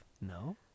No